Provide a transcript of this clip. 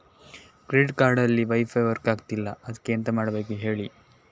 credit card ಅಲ್ಲಿ wifi work ಆಗ್ತಿಲ್ಲ ಅದ್ಕೆ ಎಂತ ಮಾಡಬೇಕು ಹೇಳಿ